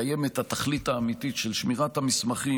מקיים את התכלית האמיתית של שמירת המסמכים,